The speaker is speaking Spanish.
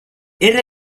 era